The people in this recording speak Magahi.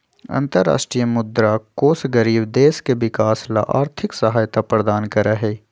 अन्तरराष्ट्रीय मुद्रा कोष गरीब देश के विकास ला आर्थिक सहायता प्रदान करा हई